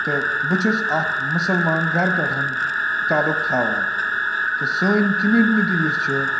تہٕ بہٕ چھُس اَکھ مُسلمان گَرٕ پٮ۪ٹھ تعلُق تھاوان تہٕ سٲنۍ کِمِنِٹی یۄس چھِ